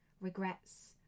regrets